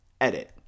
Edit